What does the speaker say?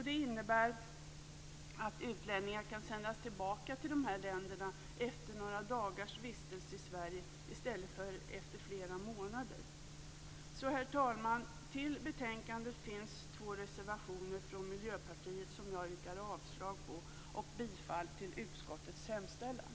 Det innebär att utlänningar kan sändas tillbaka till de länderna efter några dagars vistelse i Sverige i stället för efter flera månader. Herr talman! Till betänkandet finns fogat två reservationer från Miljöpartiet. Jag yrkar avslag på reservationerna och bifall till utskottets hemställan.